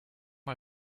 mal